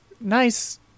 nice